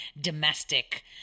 domestic